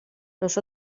los